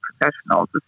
professionals